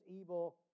evil